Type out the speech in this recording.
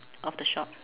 of the shop